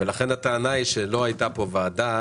ולכן הטענה היא שלא הייתה פה ועדה,